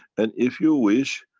and if you wish,